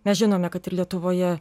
mes žinome kad ir lietuvoje